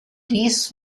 dies